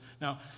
Now